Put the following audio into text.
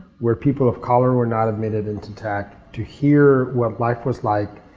where people of color were not admitted into tech, to hear what life was like,